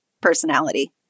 personality